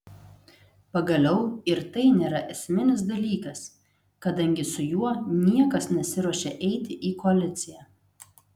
pagaliau ir tai nėra esminis dalykas kadangi su juo niekas nesiruošia eiti į koaliciją